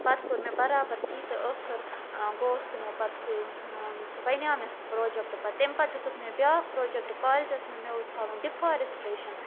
پَتہٕ کوٚر مےٚ بَرابر تی تہٕ ٲخر گوٚو سُہ مےٚ پَتہٕ سُہ سُہ بَنیٛاو مےٚ سُہ پرٛوجَیکٹہٕ پَتہٕ تَمہِ پَتہٕ دِتُکھ مےٚ بیٛاکھ پرٛوجَیکٹہٕ کالجَس منٛز مےٚ اوس ہاوٕنۍ ڈِفارٮسٹریشَن